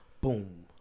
Boom